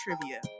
trivia